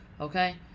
okay